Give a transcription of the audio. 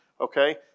okay